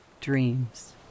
dreams